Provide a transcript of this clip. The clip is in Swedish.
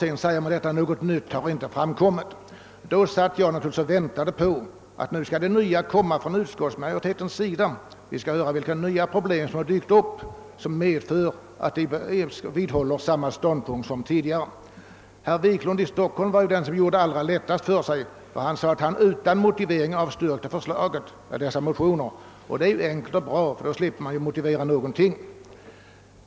Sedan säger man att något nytt inte har framkommit. Då satt jag naturligtvis och väntade på att utskottet skulle redogöra för vilka nya problem som hade dykt upp och som hade medfört att utskottet vidhåller samma ståndpunkt som tidigare. Herr Wiklund i Stockholm var den som gjorde det allra lättast för sig. Han sade att han utan motivering avstyrkte motionsförslaget. Det är ju ett enkelt och bra förfarande. Då slipper man ju motivera någonting.